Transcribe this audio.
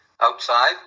outside